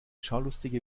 schaulustige